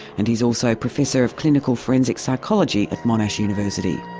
and he's also professor of clinical forensic psychology at monash university.